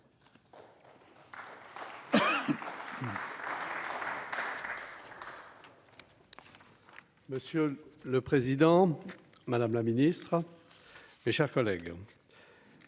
Monsieur le Président, Madame la Ministre, mes chers collègues,